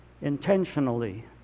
intentionally